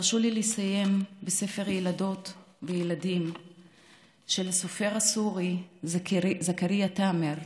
הרשו לי לסיים בספר ילדות וילדים של הסופר הסורי זכריא תאמר,